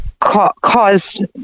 cause